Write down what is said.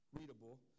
readable